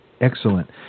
Excellent